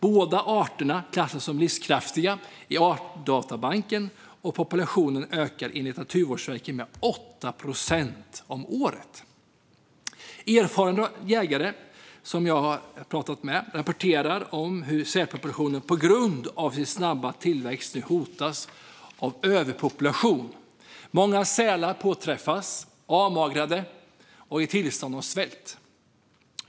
Båda arterna är klassade som livskraftiga i Artdatabanken, och populationen ökar enligt Naturvårdsverket med 8 procent om året. Erfarna jägare som jag har pratat med rapporterar att sälpopulationer på grund av sin snabba tillväxt nu hotas av överpopulation. Många sälar påträffas avmagrade och i ett tillstånd av svält.